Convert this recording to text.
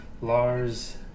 Lars